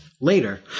later